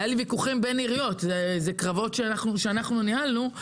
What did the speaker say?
והיה לי ויכוחים בין עיריות, קרבות שאנחנו ניהלנו.